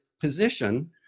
position